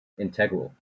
integral